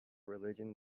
religion